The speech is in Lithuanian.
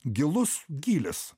gilus gylis